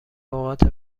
اوقات